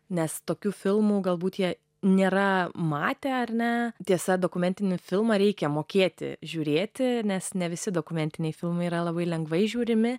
nes tokių filmų galbūt jie nėra matę ar ne tiesa dokumentinį filmą reikia mokėti žiūrėti nes ne visi dokumentiniai filmai yra labai lengvai įžiūrimi